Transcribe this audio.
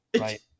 right